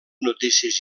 notícies